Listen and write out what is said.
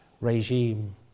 regime